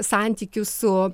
santykių su